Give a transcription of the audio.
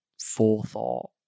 forethought